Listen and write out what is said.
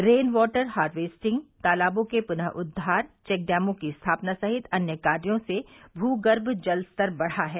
rain water harvesting तालाबों के पुनः उद्वार चेकडैमों की स्थापना सहित अन्य कार्यो से भू गर्म जलस्तर बढ़ा है